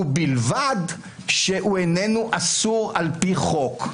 ובלבד שהוא איננו אסור על פי חוק.